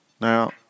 Now